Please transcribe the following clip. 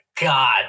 God